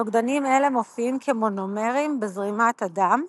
נוגדנים אלה מופיעים כמונומרים בזרימת הדם,